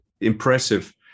impressive